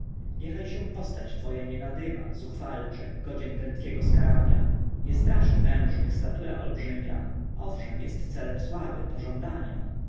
niechaj się postać twoja nie nadyma zuchwalcze godzien prędkiego skarania nie straszy mężnych statura olbrzyma owszem jest celem sławy pożądania